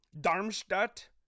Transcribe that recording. Darmstadt